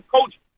coach